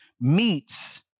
meets